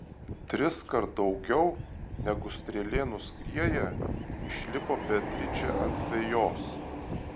triskart daugiau negu strėlė nuskrieja išlipo beatričė ant vejos